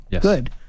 good